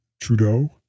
Trudeau